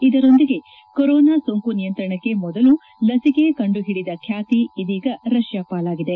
ಇದರೊಂದಿಗೆ ಕೊರೋನಾ ಸೋಂಕು ನಿಯಂತ್ರಣಕ್ಕೆ ಮೊದಲು ಲಸಿಕೆ ಕಂಡು ಹಿಡಿದ ಬ್ಯಾತಿ ಇದೀಗ ರಷ್ಯಾ ಪಾಲಾಗಿದೆ